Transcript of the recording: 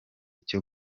cyo